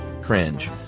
cringe